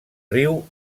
riu